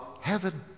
heaven